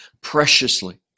preciously